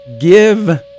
give